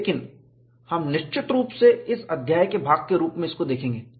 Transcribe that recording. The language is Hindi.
लेकिन हम निश्चित रूप से इस अध्याय के भाग के रूप में देखेंगे